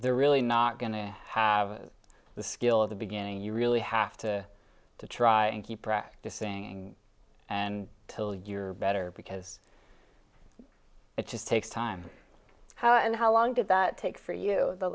they're really not going to have the skill of the beginning you really have to to try and keep practicing and till you're better because it just takes time and how long did that take for you the